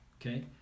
okay